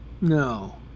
No